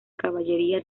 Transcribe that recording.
caballería